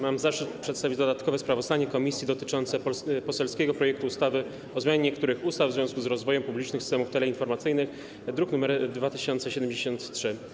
Mam zaszczyt przedstawić dodatkowe sprawozdanie komisji dotyczące poselskiego projektu ustawy o zmianie niektórych ustaw w związku z rozwojem publicznych systemów teleinformatycznych, druk nr 2073.